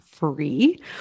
free